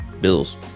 bills